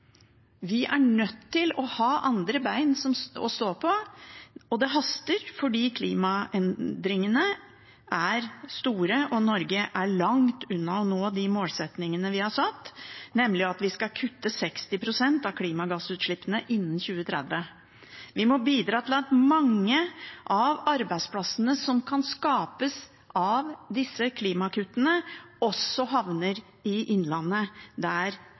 Vi er nødt til å ha andre bein å stå på. Og det haster, for klimaendringene er store, og Norge er langt unna å nå de målene vi har satt, nemlig at vi skal kutte 60 pst. av klimagassutslippene innen 2030. Vi må bidra til at mange av arbeidsplassene som kan skapes av disse klimagasskuttene, også havner i Innlandet, der